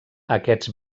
aquests